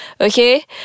Okay